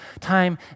time